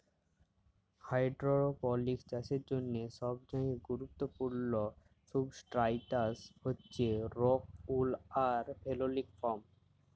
hydroponics চাষের জ্যনহে সবচাঁয়ে গুরুত্তপুর্ল সুবস্ট্রাটাস হছে রোক উল আর ফেললিক ফম